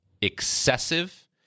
excessive